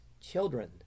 children